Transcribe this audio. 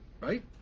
right